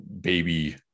baby